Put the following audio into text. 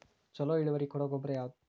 ಛಲೋ ಇಳುವರಿ ಕೊಡೊ ಗೊಬ್ಬರ ಯಾವ್ದ್?